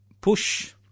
push